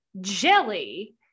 jelly